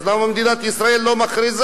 למה מדינת ישראל לא מכריזה